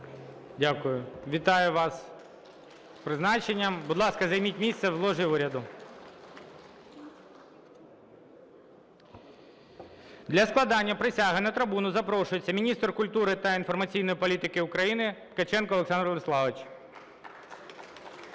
Дякую. Вітаю вас з призначенням. (Оплески) Будь ласка, займіть місце в ложі уряду. Для складання присяги на трибуну запрошується міністр культури та інформаційної політики України Ткаченко Олександр Владиславович.